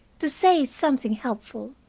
to say something helpful,